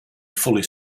fully